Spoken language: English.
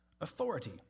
authority